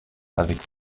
avec